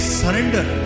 surrender